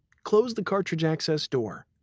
close the cartridge access door.